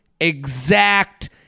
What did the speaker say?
exact